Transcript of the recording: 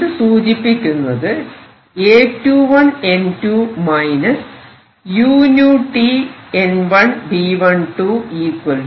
ഇത് സൂചിപ്പിക്കുന്നത് A21N2 uTN1B120